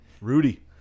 Rudy